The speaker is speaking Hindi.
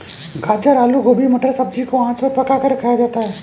गाजर आलू गोभी मटर सब्जी को आँच पर पकाकर खाया जाता है